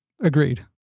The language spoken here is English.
Agreed